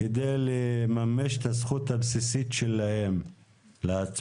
כדי לממש את הזכות הבסיסית שלהם להצביע,